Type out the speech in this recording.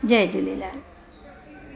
Jay Jhulelal